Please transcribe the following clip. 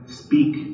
speak